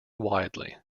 widely